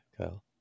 Kyle